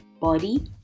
body